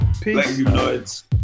peace